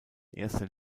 erster